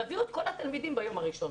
תביאו את כל התלמידים ביום הראשון.